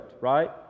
right